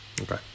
Okay